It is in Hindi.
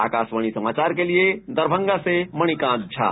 आकाशवाणी समाचार के लिए दरमंगा से मणिकांत झा